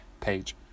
page